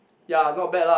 yea not bad lah